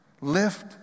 Lift